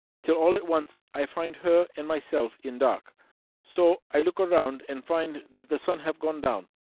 till all at once i find her and myself in dark so i look round, and find that the sun have gone down.